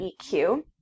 eq